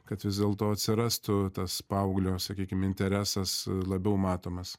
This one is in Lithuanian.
kad vis dėlto atsirastų tas paauglio sakykim interesas labiau matomas